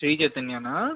Shri చైతన్యనా